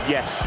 Yes